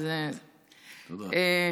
תודה.